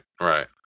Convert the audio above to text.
right